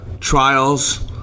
trials